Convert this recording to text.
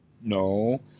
No